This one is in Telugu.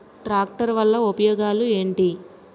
ట్రాక్టర్ వల్ల ఉపయోగాలు ఏంటీ?